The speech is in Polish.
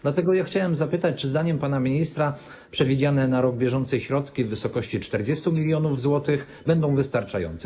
Dlatego chciałem zapytać, czy zdaniem pana ministra przewidziane na rok bieżący środki w wysokości 40 mln zł będą wystarczające.